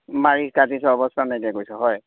মাৰি কাটি অৱস্থা নাইকিয়া কৰিছে হয়